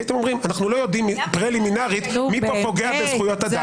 הייתם אומרים שאתם לא יודעים פרלימינרית מי פוגע פה בזכויות אדם.